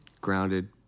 Grounded